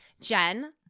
Jen